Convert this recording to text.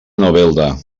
novelda